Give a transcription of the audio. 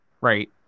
right